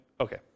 Okay